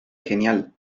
genial